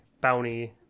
bounty